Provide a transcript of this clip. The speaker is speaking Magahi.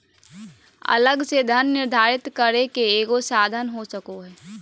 अलग से धन निर्धारित करे के एगो साधन हो सको हइ